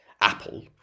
Apple